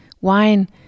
wine